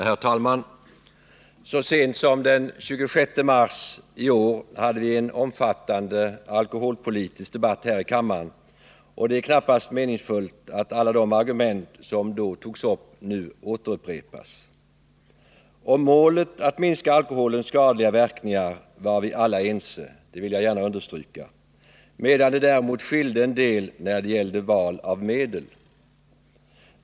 Herr talman! Så sent som den 26 mars i år hade vi en omfattande alkoholpolitisk debatt här i kammaren, och det är knappast meningsfullt att alla de argument som då togs upp nu återupprepas. Om målet att minska alkoholens skadliga verkningar var vi alla ense — det vill jag gärna understryka —, medan det däremot skilde en del när det gällde val av medel.